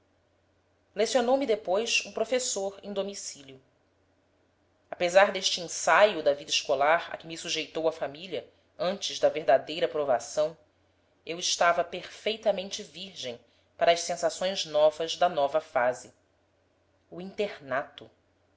monograma lecionou me depois um professor em domicílio apesar deste ensaio da vida escolar a que me sujeitou a família antes da verdadeira provação eu estava perfeitamente virgem para as sensações novas da nova fase o internato